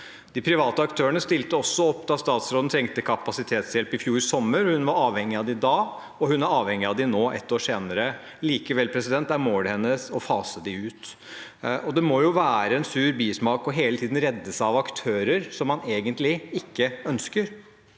De private aktørene stilte også opp da statsråden trengte kapasitetshjelp i fjor sommer. Hun var avhengig av dem da, og hun er avhengig av dem nå, ett år senere. Likevel er målet hennes å fase dem ut. Det må jo ha en sur bismak hele tiden å reddes av aktører som man egentlig ikke ønsker.